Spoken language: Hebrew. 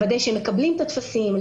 לוודא שהם מקבלים את הטפסים.